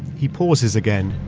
he pauses again.